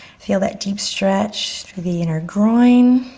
feel that deep stretch through the inner groin.